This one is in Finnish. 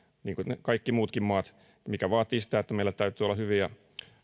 niin kuin kaikki muutkin maat mikä vaatii sitä että meillä täytyy olla hyviä